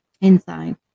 inside